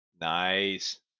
Nice